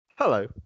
Hello